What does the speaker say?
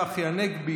צחי הנגבי,